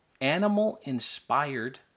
animal-inspired